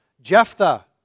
Jephthah